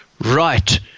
Right